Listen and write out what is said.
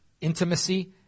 intimacy